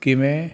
ਕਿਵੇਂ